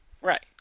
Right